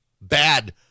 bad